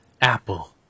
Apple